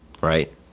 right